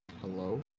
Hello